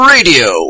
Radio